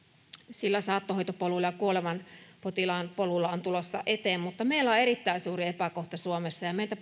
sillä saattohoitopolulla ja kuolevan potilaan polulla on tulossa eteen mutta meillä on erittäin suuri epäkohta suomessa kun meiltä